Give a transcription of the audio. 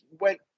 went